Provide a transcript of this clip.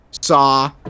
Saw